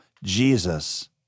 Jesus